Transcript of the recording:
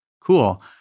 cool